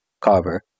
carver